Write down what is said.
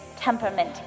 temperament